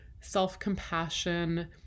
self-compassion